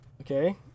Okay